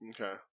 Okay